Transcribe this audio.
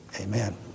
amen